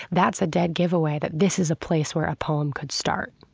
that's a dead giveaway that this is a place where a poem could start